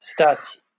stats